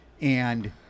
And-